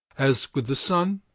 as with the sun,